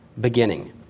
beginning